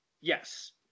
Yes